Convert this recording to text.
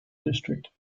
district